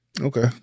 okay